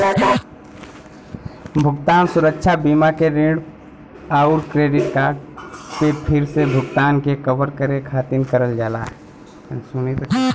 भुगतान सुरक्षा बीमा के ऋण आउर क्रेडिट कार्ड पे फिर से भुगतान के कवर करे खातिर करल जाला